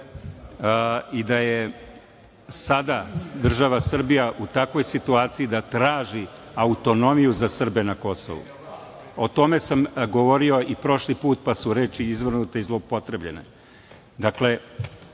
i da je sada država Srbija u takvoj situaciji da traži autonomiju za Srbe na Kosovu. O tome sam govorio i prošli put, pa su reči izvrnute i zloupotrebljene. Dakle,